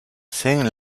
saint